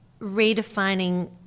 redefining